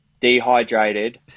dehydrated